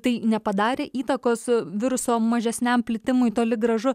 tai nepadarė įtakos viruso mažesniam plitimui toli gražu